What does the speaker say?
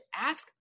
Ask